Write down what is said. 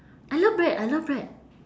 I love bread I love bread